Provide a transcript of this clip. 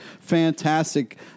fantastic